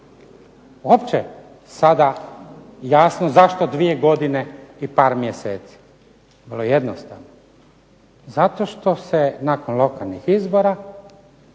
uopće sada jasno zašto dvije godine i par mjeseci? vrlo jasno, zato što se nakon lokalnih izbora